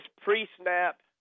pre-snap